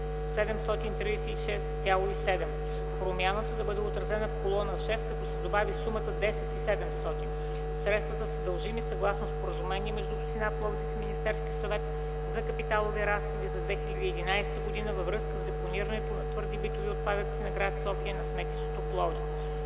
736,7”. Промяната да бъде отразена и в колона 6 като се добави сумата „10 700”. Средствата са дължими съгласно споразумение между община Пловдив и Министерския съвет за капиталови разходи за 2011 г. във връзка с депонирането на ТБО на гр. София на сметището в Пловдив.”